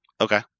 Okay